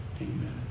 amen